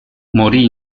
morì